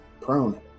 Prone